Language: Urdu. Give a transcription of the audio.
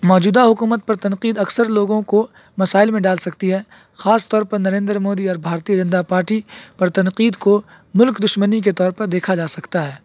موجودہ حکومت پر تنقید اکثر لوگوں کو مسائل میں ڈال سکتی ہے خاص طور پر نریندر مودی اور بھارتیہ جنتا پارٹی پر تنقید کو ملک دشمنی کے طور پر دیکھا جا سکتا ہے